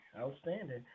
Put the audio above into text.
outstanding